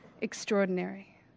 extraordinary